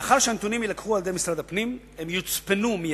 לאחר שהנתונים יילקחו על-ידי משרד הפנים הם יוצפנו מייד,